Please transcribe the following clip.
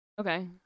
Okay